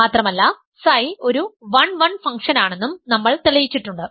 മാത്രമല്ല Ψ ഒരു 1 1 ഫംഗ്ഷനാണെന്നും നമ്മൾ തെളിയിച്ചിട്ടുണ്ട്